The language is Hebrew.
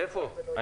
איפה?